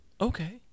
okay